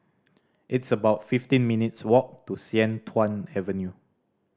it's about fifteen minutes' walk to Sian Tuan Avenue